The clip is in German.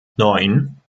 neun